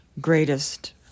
greatest